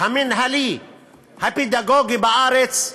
המינהלי הפדגוגי בארץ,